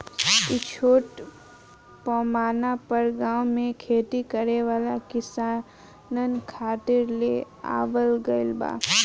इ छोट पैमाना पर गाँव में खेती करे वाला किसानन खातिर ले आवल गईल बा